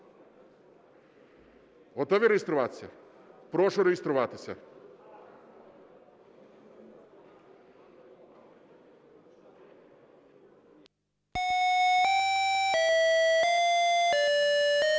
Готові реєструватися? Прошу реєструватися. 10:00:57